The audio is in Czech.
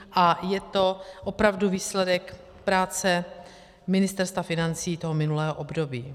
A je to opravdu výsledek práce Ministerstva financí toho minulého období.